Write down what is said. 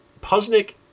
Puznik